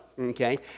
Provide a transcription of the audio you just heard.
Okay